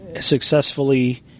successfully